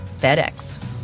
FedEx